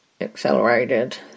accelerated